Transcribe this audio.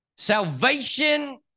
Salvation